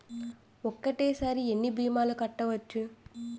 ఒక్కటేసరి ఎన్ని భీమాలు కట్టవచ్చు?